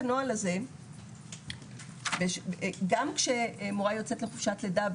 הנוהל הזה גם כשמורה יוצאת לחופשת לידה,